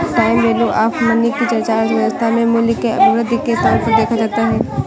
time value of money की चर्चा अर्थव्यवस्था में मूल्य के अभिवृद्धि के तौर पर देखा जाता है